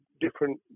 different